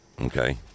okay